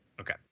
Okay